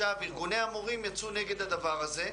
ארגוני המורים יצאו נגד הדבר הזה,